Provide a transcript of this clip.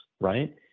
right